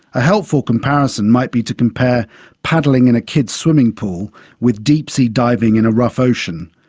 a helpful comparison might be to compare paddling in a kids' swimming pool with deep sea diving in a rough ocean.